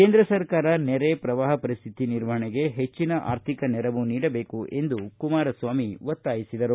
ಕೇಂದ್ರ ಸರ್ಕಾರ ನೆರೆ ಪ್ರವಾಹ ಪರಿಸ್ಟಿತಿ ನಿರ್ವಹಣೆಗೆ ಹೆಚ್ಚಿನ ಅರ್ಥಿಕ ನೆರವು ನೀಡಬೇಕು ಎಂದು ಕುಮಾರಸ್ವಾಮಿ ಒತ್ತಾಯಿಸಿದರು